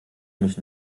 mich